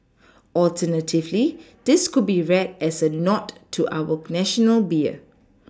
alternatively this could be read as a nod to our national beer